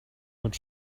mit